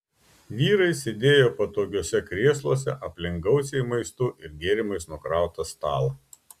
vyrai sėdėjo patogiuose krėsluose aplink gausiai maistu ir gėrimais nukrautą stalą